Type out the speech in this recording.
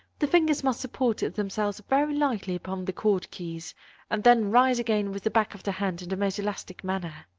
the fingers must support themselves very lightly upon the chord keys and then rise again with the back of the hand in the most elastic manner.